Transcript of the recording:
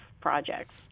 projects